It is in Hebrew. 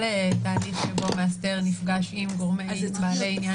כל תהליך שבו מאסדר נפגש עם גורמי עניין